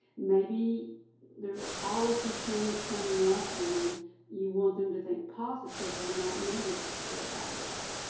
maybe there's a policy change coming up and you want them to think positively, and not negatively about that.